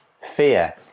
fear